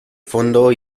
fondo